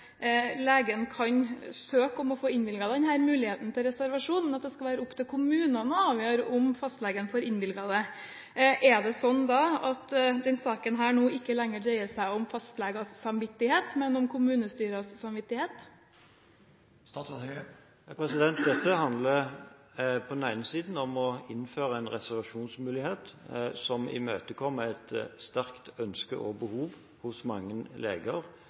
legen kan søke om å få innvilget denne muligheten til reservasjon, men at det skal være opp til kommunene å avgjøre om fastlegen får den innvilget. Er det da sånn at denne saken ikke lenger dreier seg om fastlegenes samvittighet, men om kommunestyrenes samvittighet? Dette handler på den ene siden om å innføre en reservasjonsmulighet som imøtekommer et sterkt ønske og behov hos mange leger